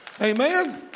Amen